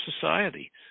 society